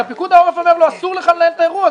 פיקוד העורף אומר לו שאסור לו לנהל את האירוע.